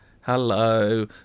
Hello